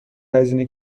هزینه